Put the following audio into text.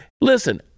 Listen